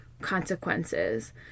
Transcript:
consequences